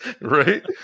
Right